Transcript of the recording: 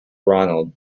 ronald